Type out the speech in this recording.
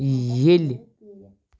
ییٚلہِ